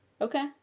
Okay